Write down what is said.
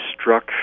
struck